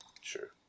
sure